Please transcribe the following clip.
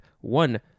One